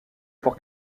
pour